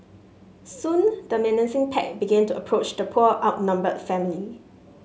soon the menacing pack began to approach the poor outnumbered family